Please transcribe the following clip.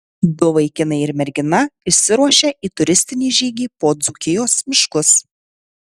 du vaikinai ir mergina išsiruošia į turistinį žygį po dzūkijos miškus